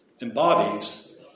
embodies